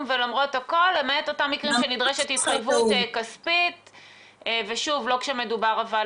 מגדרים וכל מגזרים וכל אוכלוסיות וכל מחלוקות שיכולות להיות בין